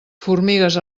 formigues